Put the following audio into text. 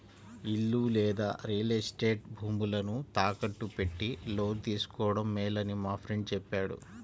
ఇల్లు లేదా real estate భూములను తాకట్టు పెట్టి లోను తీసుకోడం మేలని మా ఫ్రెండు చెప్పాడు